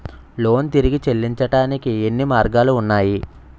Loan తిరిగి చెల్లించటానికి ఎన్ని మార్గాలు ఉన్నాయి?